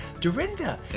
Dorinda